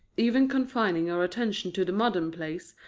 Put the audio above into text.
even confining our attention to the modern plays,